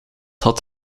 had